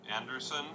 Anderson